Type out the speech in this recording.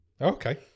Okay